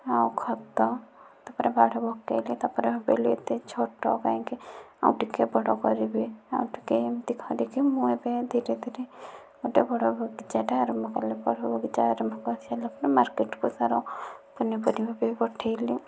ଆଉ ଖତ ତା'ପରେ ପାଣି ପକାଇଲି ତା'ପରେ ଭାବିଲି ଏତେ ଛୋଟ କାହିଁକି ଆଉ ଟିକିଏ ବଡ଼ କରିବି ଆଉ ଟିକିଏ ଏମିତି କରିକି ମୁଁ ଏବେ ଧୀରେ ଧୀରେ ଗୋଟିଏ ବଡ଼ ବଗିଚାଟା ଆରମ୍ଭ କଲି ବଡ଼ ବଗିଚା ଆରମ୍ଭ କରି ସାରିଲା ପରେ ମାର୍କେଟକୁ ତା'ର ପନିପରିବା ବି ପଠେଇଲି